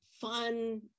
fun